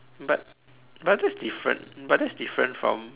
but but that's different but that's different from